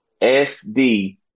SD